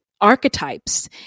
archetypes